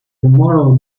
tomorrow